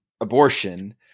abortion